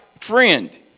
friend